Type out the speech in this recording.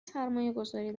سرمایهگذاری